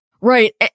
Right